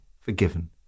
forgiven